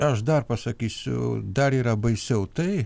aš dar pasakysiu dar yra baisiau tai